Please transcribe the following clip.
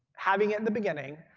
having it in the beginning,